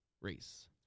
race